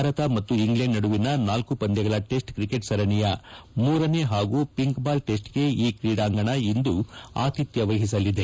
ಭಾರತ ಮತ್ತು ಇಂಗ್ಲೆಂಡ್ ನಡುವಿನ ನಾಲ್ಕು ಪಂದ್ವಗಳ ಟೆಸ್ಟ್ ಕ್ರಿಕೆಟ್ ಸರಣಿಯ ಮೂರನೇ ಹಾಗೂ ಪಿಂಕ್ ಬಾಲ್ ಟೆಸ್ಟ್ಗೆ ಈ ಕ್ರೀಡಾಂಗಣ ಇಂದು ಆತಿಥ್ಲವಹಿಸಿದೆ